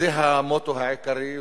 זה המוטו העיקרי,